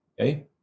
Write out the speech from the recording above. okay